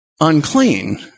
unclean